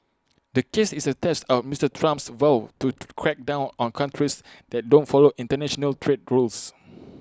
the case is A test of Mister Trump's vow to crack down on countries that don't follow International trade rules